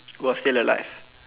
who are still alive